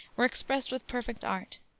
were expressed with perfect art.